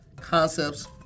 concepts